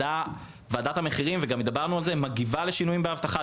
ועדת המחירים גם דיברנו על זה מגיבה לשינויים באבטחה,